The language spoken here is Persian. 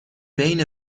بین